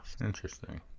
interesting